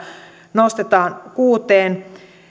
nostetaan kuuteen